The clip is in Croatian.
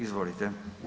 Izvolite.